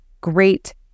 great